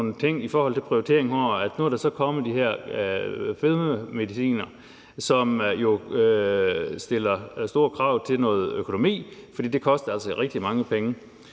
i forhold til prioritering, og der er kommet den her fedmemedicin, som stiller store krav til økonomien, for det koster altså rigtig mange penge.